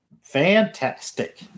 fantastic